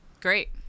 great